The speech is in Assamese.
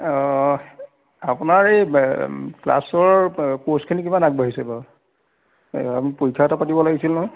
অঁ আপোনাৰ এই ক্লাছৰ কোৰ্চখিনি কিমান আগবাঢ়িছে বাৰু আমি পৰীক্ষা এটা পাতিব লাগিছিল নহয়